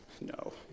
No